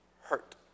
Hurt